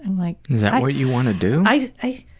and like is that what you want to do? i. i